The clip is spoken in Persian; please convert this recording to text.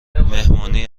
مهمانی